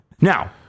Now